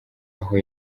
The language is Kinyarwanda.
aho